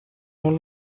non